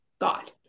God